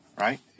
Right